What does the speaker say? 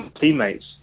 teammates